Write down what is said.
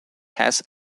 has